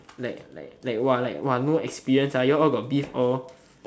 like like like !wah! like !wah! no experience you all got beef all